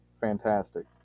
fantastic